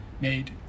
made